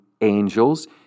angels